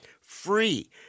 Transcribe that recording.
free